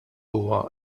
huwa